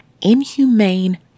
inhumane